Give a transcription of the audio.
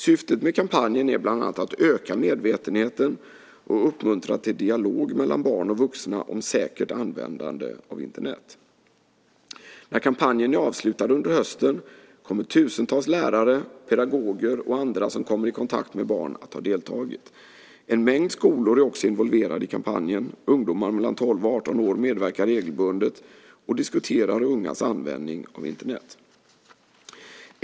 Syftet med kampanjen är bland annat att öka medvetenheten och uppmuntra till dialog mellan barn och vuxna om säkert användande av Internet. När kampanjen är avslutad under hösten kommer tusentals lärare, pedagoger och andra som kommer i kontakt med barn att ha deltagit. En mängd skolor är också involverade i kampanjen, ungdomar mellan 12 och 18 år medverkar regelbundet och diskuterar ungas användning av Internet.